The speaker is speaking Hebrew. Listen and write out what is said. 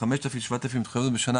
כ-5,000-7,000 התחייבויות בשנה,